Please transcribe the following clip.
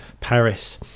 Paris